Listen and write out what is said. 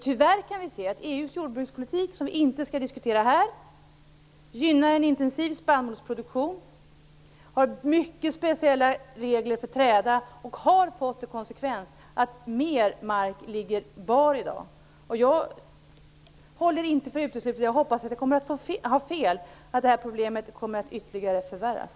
Tyvärr kan vi se att EU:s jordbrukspolitik, som vi inte skall diskutera här, gynnar en intensiv spannmålsproduktion, har mycket speciella regler för träda och har fått till konsekvens att mer mark ligger bar. Jag håller inte för uteslutet - jag hoppas att jag har fel - att det här problemet kommer att ytterligare förvärras.